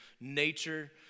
nature